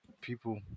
People